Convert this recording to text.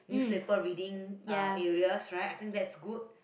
newspaper reading uh areas right I think that's good